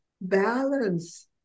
balance